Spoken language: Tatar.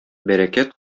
бәрәкәт